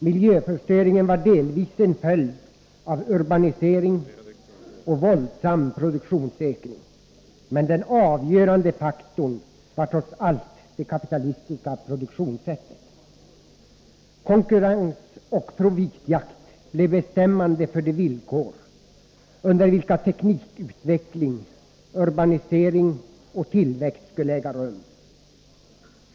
Miljöförstöringen var delvis en följd av urbanisering och våldsam produktionsökning, men den avgörande faktorn var trots allt det kapitalistiska produktionssättet. Konkurrens och profitjakt blev bestämmande för de villkor under vilka teknikutveckling, urbanisering och tillväxt skulle äga rum.